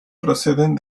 proceden